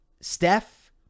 Steph